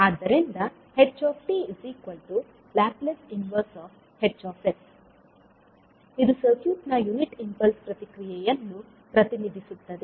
ಆದ್ದರಿಂದ h L 1H ಇದು circuit ನ ಯುನಿಟ್ ಇಂಪಲ್ಸ್ ಪ್ರತಿಕ್ರಿಯೆಯನ್ನು ಪ್ರತಿನಿಧಿಸುತ್ತದೆ